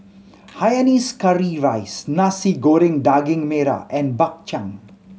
hainanese curry rice Nasi Goreng Daging Merah and Bak Chang